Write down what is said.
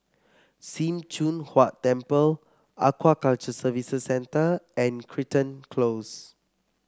Sim Choon Huat Temple Aquaculture Services Centre and Crichton Close